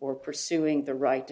or pursuing the right to